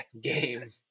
Game